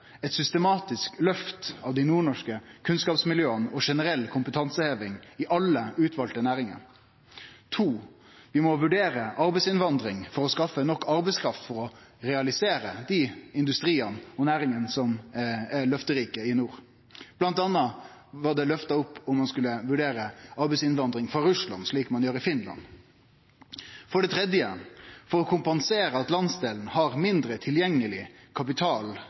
Eit systematisk løft av dei nordnorske kunnskapsmiljøa og generell kompetanseheving i alle utvalde næringar. Vi må vurdere arbeidsinnvandring for å skaffe nok arbeidskraft for å realisere dei industriane og næringane som er løfterike i nord. Blant anna var det løfta opp om ein skulle vurdere arbeidsinnvandring frå Russland, slik man gjer i Finland. For å kompensere for at landsdelen har mindre